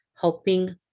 helping